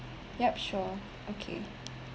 yup sure okay